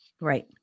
Right